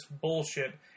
bullshit